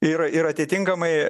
ir ir atitinkamai